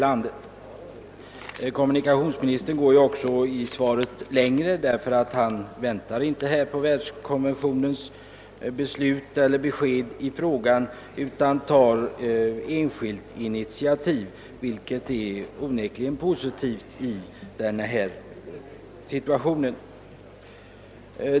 Ja, kommunikationsministern går till och med litet längre och säger att han inte kommer att vänta på världskonventionens besked i frågan utan tar egna initiativ. Det är en mycket positiv sak i nuvarande situation.